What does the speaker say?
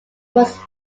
was